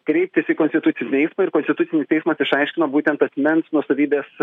kreiptis į konstitucinį teismą ir konstitucinis teismas išaiškino būtent asmens nuosavybės